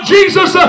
Jesus